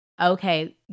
okay